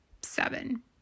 seven